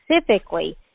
specifically